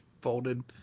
folded